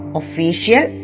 official